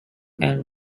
and